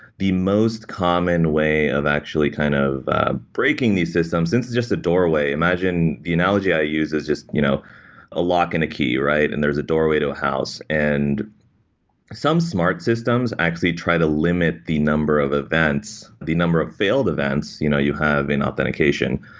the most common way of actually kind of breaking these systems, since it's just a doorway. imagine, the analogy i use is just you know a lock and a key and there's a doorway to a house. and some smart systems actually try to limit the number of events, the number of failed events you know you have in authentication,